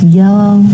yellow